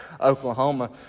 Oklahoma